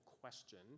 question